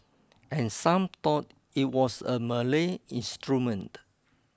and some thought it was a Malay instrument